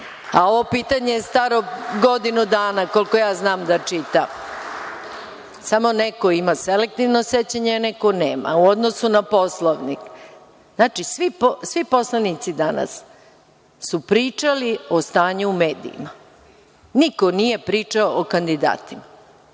A ovo pitanje je staro godinu dana, koliko ja znam da čitam, samo neko ima selektivno sećanje, a neko nema, u odnosu na Poslovnik. Znači, svi poslanici danas su pričali o stanju u medijima. Niko nije pričao o kandidatima.